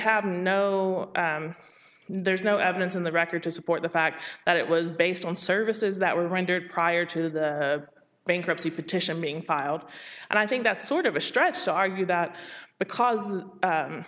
have no there's no evidence in the record to support the fact that it was based on services that were rendered prior to the bankruptcy petition being filed and i think that's sort of a stretch to argue that